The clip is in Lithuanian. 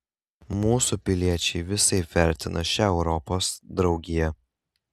mūsų piliečiai visaip vertina šią europos draugiją